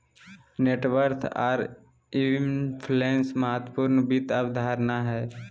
net worth आर inflation महत्वपूर्ण वित्त अवधारणा हय